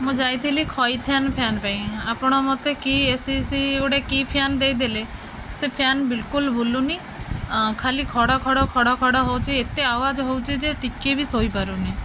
ମୁଁ ଯାଇଥିଲି ଖଇତାନ୍ ଫ୍ୟାନ୍ ପାଇଁ ଆପଣ ମତେ କି ଏ ସି ସି ଗୋଟେ କି ଫ୍ୟାନ୍ ଦେଇଦେଲେ ସେ ଫ୍ୟାନ୍ ବିଲ୍କୁଲ୍ ବୁଲୁନି ଖାଲି ଖଡ଼ ଖଡ଼ ଖଡ଼ ଖଡ଼ ହେଉଛି ଏତେ ଆୱଜ୍ ହେଉଛି ଯେ ଟିକେ ବି ଶୋଇ ପାରୁନି